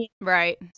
Right